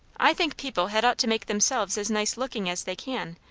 i think people had ought to make themselves as nice-lookin' as they can,